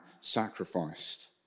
sacrificed